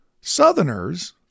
Southerners